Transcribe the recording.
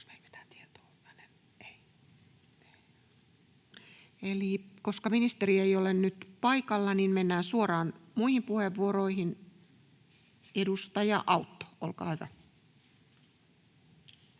Koska ministeri ei ole nyt paikalla, mennään suoraan muihin puheenvuoroihin. — Edustaja Autto, olkaa hyvä.